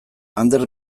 ander